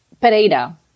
Pereira